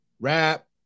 rap